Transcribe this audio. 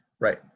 Right